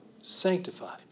sanctified